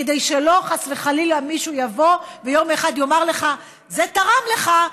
כדי שחס וחלילה מישהו לא יבוא יום אחד ויאמר לך: זה תרם לך,